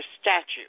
statute